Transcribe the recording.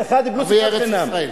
ערביי ארץ-ישראל.